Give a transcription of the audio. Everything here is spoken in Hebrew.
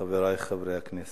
חברי חברי הכנסת,